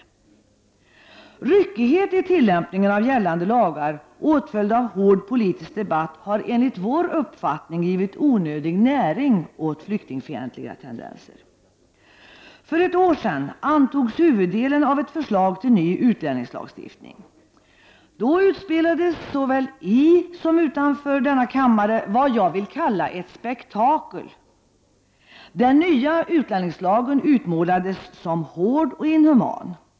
Ryckighet i tillämpningen av gällande lagar, åtföljd av hård politisk debatt, har enligt vår uppfattning givit onödig näring åt flyktingfientliga tendenser. För ett år sedan antogs huvuddelen av ett förslag till ny utlänningslagstiftning. Då utspelades såväl i som utanför denna kammare vad jag vill kalla ett spektakel. Den nya utlänningslagen utmålades som hård och inhuman.